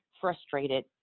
frustrated